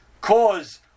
cause